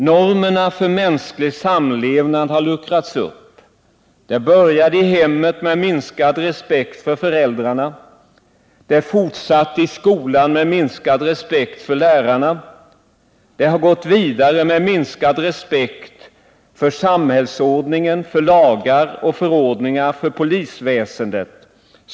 Normerna för mänsklig samlevnad har luckrats upp. Det började i hemmet med minskad respekt för föräldrarna och det fortsatte i skolan med minskad respekt för lärarna. Det har gått vidare med minskad respekt för samhällsordning, lagar, förordningar och polisväsende.